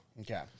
okay